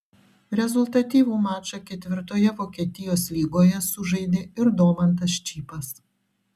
rezultatyvų mačą ketvirtoje vokietijos lygoje sužaidė ir domantas čypas